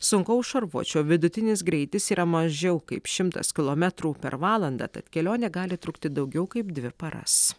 sunkaus šarvuočio vidutinis greitis yra mažiau kaip šimtas kilometrų per valandą tad kelionė gali trukti daugiau kaip dvi paras